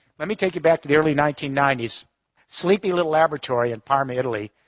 let me take you back to the early nineteen ninety s, a sleepy little laboratory in parma, italy,